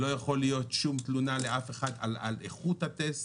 לא יכול להיות שום תלונה לאף אחד על איכות הטסט.